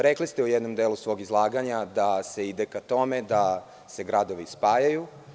Rekli ste u jednom delu svog izlaganja da se ide ka tome da se gradovi spajaju.